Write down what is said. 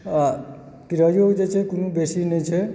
आ किरायो जे छै कोनो बेसी नहि छै